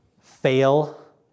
fail